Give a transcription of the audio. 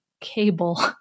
cable